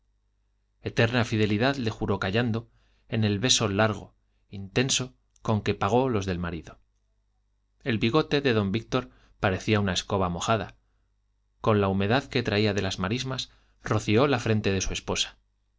eterna fidelidad le juró callando en el beso largo intenso con que pagó los del marido el bigote de don víctor parecía una escoba mojada con la humedad que traía de las marismas roció la frente de su esposa